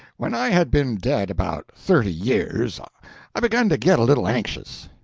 when i had been dead about thirty years i begun to get a little anxious.